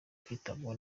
kwitabwaho